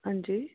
हां जी